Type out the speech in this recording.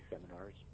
seminars